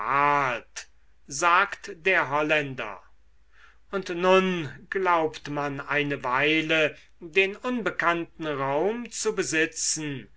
sagt der holländer und nun glaubt man eine weile den unbekannten raum zu besitzen